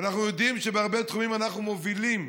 אנחנו יודעים שבהרבה תחומים אנחנו מובילים.